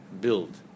build